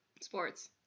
Sports